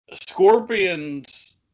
Scorpion's